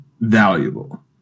valuable